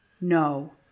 No